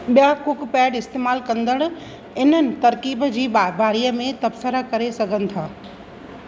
ॿिया कुकपैड इस्तमालु कंदड़ु इन्हनि तरक़ीब जी बा बारीअ में तबसरा करे सघनि था